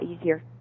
easier